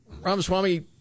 Ramaswamy